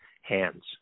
hands